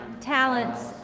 talents